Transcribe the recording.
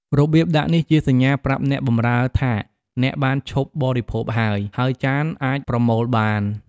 របៀបដាក់នេះជាសញ្ញាប្រាប់អ្នកបម្រើថាអ្នកបានឈប់បរិភោគហើយ ហើយចានអាចប្រមូលបាន។